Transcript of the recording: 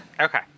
Okay